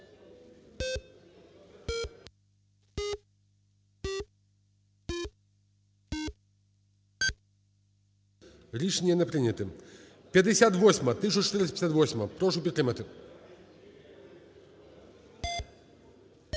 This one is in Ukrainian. Рішення не прийнято. 58-а. 1458-а. Прошу підтримати.